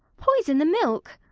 poison the milk!